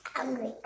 Angry